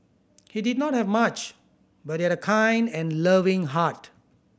he did not have much but he had a kind and loving heart